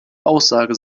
aussage